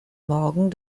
morgen